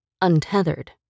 untethered